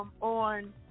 on